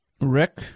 Rick